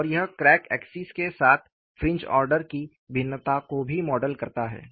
और यह crack axis के साथ फ्रिंज ऑर्डर की भिन्नता को भी मॉडल करता है